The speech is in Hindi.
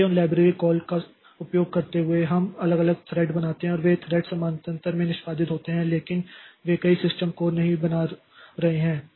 इसलिए उन लाइब्रेरी कॉल का उपयोग करते हुए हम अलग अलग थ्रेड बनाते हैं और वे थ्रेड्स समानांतर में निष्पादित होते हैं लेकिन वे कोई सिस्टम कोर नहीं बना रहे हैं